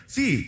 See